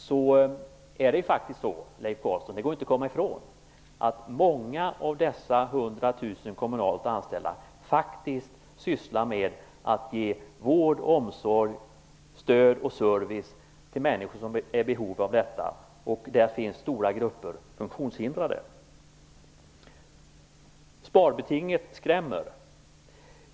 Det är det faktiskt så, Leif Carlson, att många av dessa hundra tusen kommunalt anställda sysslar med att ge vård, omsorg, stöd och service till människor som är i behov av detta. Där finns stora grupper funktionshindrade. Sparbetinget skrämmer, sägs det.